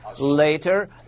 later